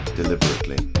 deliberately